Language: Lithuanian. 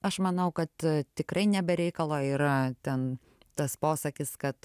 aš manau kad tikrai ne be reikalo yra ten tas posakis kad